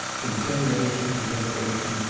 from generation to generation,